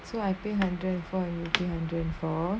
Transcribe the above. so I pay hundred and four on twenty four